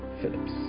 Phillips